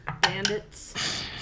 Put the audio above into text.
bandits